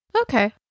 Okay